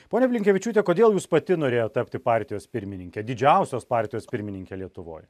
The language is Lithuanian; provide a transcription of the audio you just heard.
ponia blinkevičiūte kodėl jūs pati norėj tapti partijos pirmininke didžiausios partijos pirmininke lietuvoj